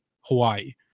Hawaii